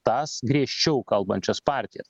tas griežčiau kalbančias partijas